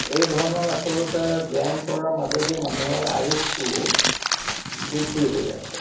এই ধৰণৰ আচলতে ব্যায়াম কৰাৰ মাজেদি মানুহৰ আয়ুসটো বৃদ্ধি হৈ আছে